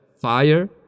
Fire